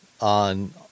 on